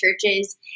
churches